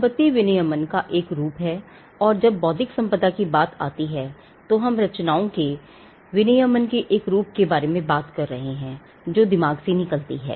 संपत्ति विनियमन का एक रूप है और जब बौद्धिक संपदा की बात आती है तो हम रचनाओं के regulation के एक रूप के बारे में बात कर रहे हैं जो दिमाग से निकलती हैं